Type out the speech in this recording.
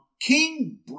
King